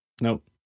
Nope